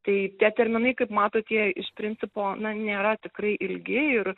tai tie terminai kaip matote iš principo na nėra tikrai ilgi ir